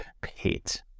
pit